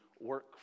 work